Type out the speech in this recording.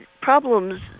problems